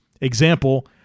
Example